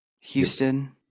Houston